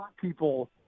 people